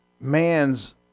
man's